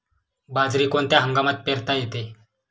बाजरी कोणत्या हंगामात पेरता येते?